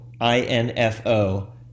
info